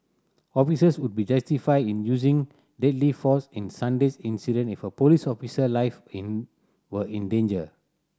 officers would be justified in using deadly force in Sunday's incident if a police officer life in were in danger